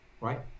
right